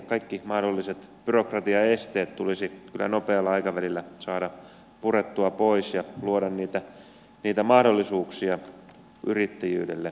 kaikki mahdolliset byrokratian esteet tulisi kyllä nopealla aikavälillä saada purettua pois ja luoda niitä mahdollisuuksia yrittäjyydelle